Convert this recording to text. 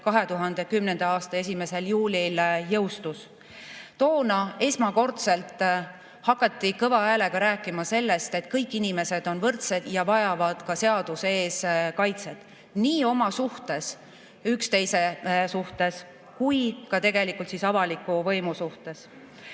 2010. aasta 1. juulil jõustus. Toona hakati esmakordselt kõva häälega rääkima sellest, et kõik inimesed on võrdsed ja vajavad ka seaduse ees kaitset nii oma suhtes, üksteise suhtes kui ka tegelikult avaliku võimu suhtes.